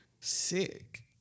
sick